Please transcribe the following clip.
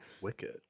Wicked